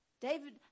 David